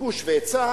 ביקוש והיצע,